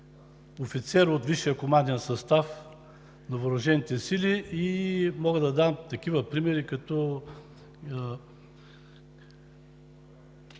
офицер от висшия команден състав на въоръжените сили. Мога да дам такива примери, като